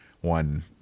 one